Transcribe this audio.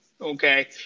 okay